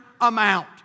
amount